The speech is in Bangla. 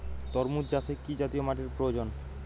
তরমুজ চাষে কি জাতীয় মাটির প্রয়োজন?